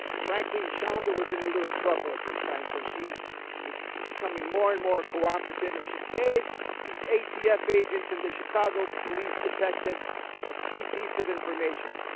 frankly, chandra was in a little trouble at this time. so she was becoming more and more cooperative, and she gave the atf agents and the chicago police detectives a key piece of information.